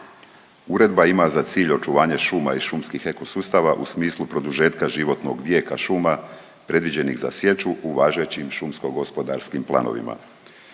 Uredba ima za cilj očuvanjem šuma i šumskih ekosustava u smislu produžetka životnog vijeka šuma predviđenih za sječu u važećim šumsko-gospodarskim planovima.